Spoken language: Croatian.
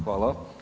Hvala.